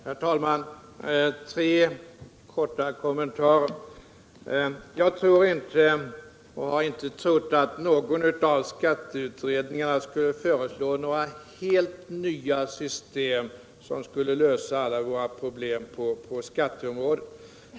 Herr talman! Jag vill göra tre korta kommentarer. Jag tror inte och jag har inte trott att någon av skatteutredningarna kommer att föreslå några helt nya system, som skulle lösa alla våra problem på skatteområdet.